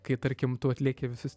kai tarkim tu atlieki visus